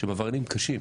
שהם עבריינים קשים.